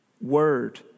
Word